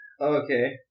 Okay